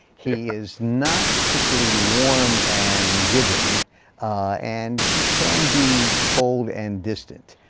he is not particularly warm and giving and he can be cold and distant.